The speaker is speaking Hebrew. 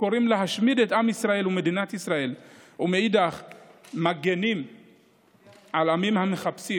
שקוראים להשמיד את עם ישראל ומדינת ישראל ומנגד מגנים עמים המחפשים